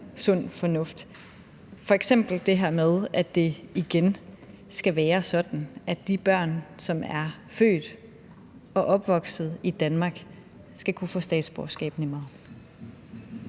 sund fornuft, f.eks. at det igen skal være sådan, at de børn, som er født og opvokset i Danmark, nemmere skal kunne få statsborgerskab.